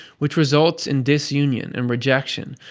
which results in disunion and rejection,